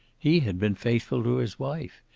he had been faithful to his wife.